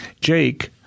Jake